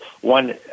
one